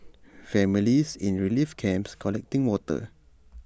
families in relief camps collecting water